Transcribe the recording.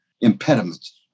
impediments